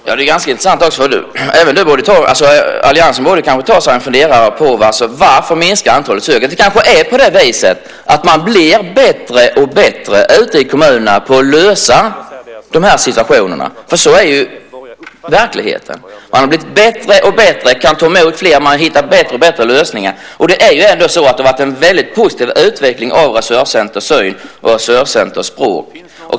Fru talman! Det här är ganska intressant. Alliansen kanske borde ta sig en funderare på varför antalet sökande minskar. Det kanske är på det viset att man ute i kommunerna blir bättre och bättre på att lösa situationerna. Så är det i verkligheten. Man har blivit bättre och bättre och kan ta emot fler och har hittat bättre lösningar. Det har varit en väldigt positiv utveckling av Resurscenter syn och Resurscenter språk.